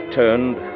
turned